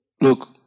look